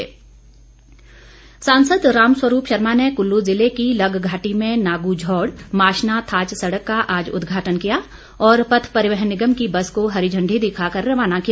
रामस्वरूप सांसद रामस्वरूप शर्मा ने कुल्लू ज़िले की लगघाटी में नागूझौड़ माशना थाच सड़क का आज उद्घाटन किया और पथ परिवहन निगम की बस को हरी इंडी दिखाकर रवाना किया